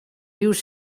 use